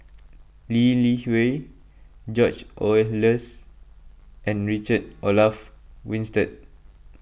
Lee Li Hui George Oehlers and Richard Olaf Winstedt